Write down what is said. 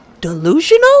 delusional